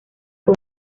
con